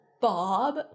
Bob